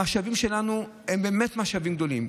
המשאבים שלנו הם באמת גדולים,